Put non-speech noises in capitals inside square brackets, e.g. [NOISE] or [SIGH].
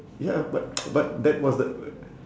ya but [NOISE] but that was the